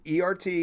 ERT